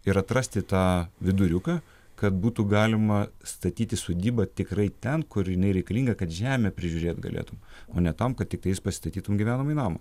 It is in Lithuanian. ir atrasti tą viduriuką kad būtų galima statyti sodybą tikrai ten kūr jinai reikalinga kad žemę prižiūrėt galėtum o ne tam kad tiktais pastatytum gyvenamąjį namą